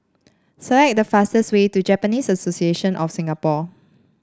select the fastest way to Japanese Association of Singapore